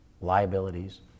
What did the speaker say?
liabilities